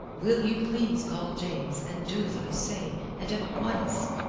will you please call james, and do as i say and at once!